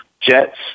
Jets